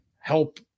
help